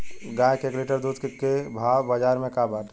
गाय के एक लीटर दूध के भाव बाजार में का बाटे?